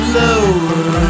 lower